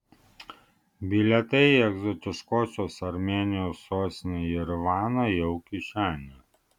bilietai į egzotiškosios armėnijos sostinę jerevaną jau kišenėje